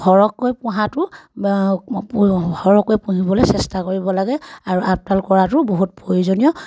সৰহকৈ পোহাটো সৰহকৈ পুহিবলৈ চেষ্টা কৰিব লাগে আৰু আপদাল কৰাটো বহুত প্ৰয়োজনীয়